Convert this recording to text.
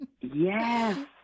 Yes